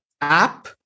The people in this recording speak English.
app